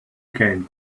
can